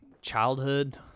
childhood